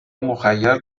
مخیر